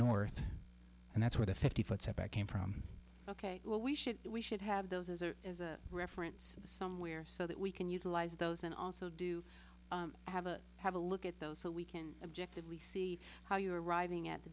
north and that's where the fifty foot came from ok well we should we should have those as a as a reference somewhere so that we can utilize those and also do have a have a look at those so we can objectively see how you are arriving at the